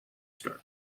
start